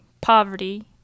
poverty